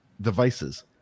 devices